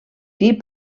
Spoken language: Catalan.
dir